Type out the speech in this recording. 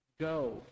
go